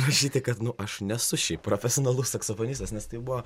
rašyti kad nu aš nesu šiaip profesionalus saksofonistas nes tai buvo